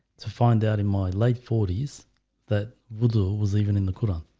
to find out in my late forty s that moodle was even in the quran,